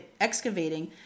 excavating